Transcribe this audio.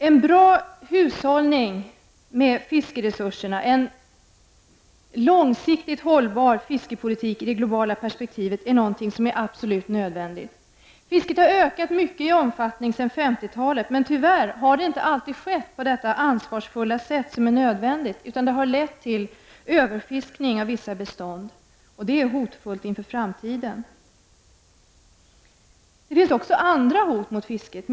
En bra hushållning med fiskeresurserna, en långsiktigt hållbar fiskepolitik i det globala perspektivet är någonting absolut nödvändigt. Fisket har ökat mycket i omfattning sedan 1950-talet, men tyvärr har det inte alltid skett på det ansvarsfulla sätt som är nödvändigt, utan det har lett till överfiskning av vissa bestånd, och det är hotfullt inför framtiden. Det finns också andra hot mot fisket.